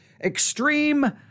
extreme